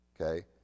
Okay